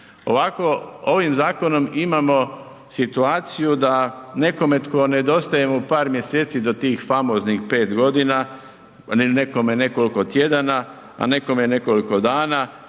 Ovako, ovim zakonom imamo situaciju da nekome tko nedostaje mu par mjeseci do tih famoznih 5 godina, nekome nekoliko tjedana, a nekome nekoliko dana